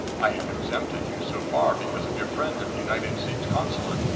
i have exempted you so far because of your friend at the united states consulate.